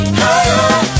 higher